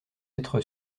être